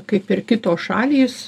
kaip ir kitos šalys